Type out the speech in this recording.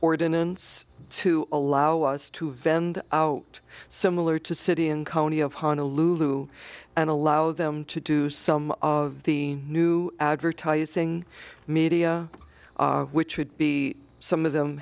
ordinance to allow us to vend it similar to city and county of honolulu and allow them to do some of the new advertising media which would be some of them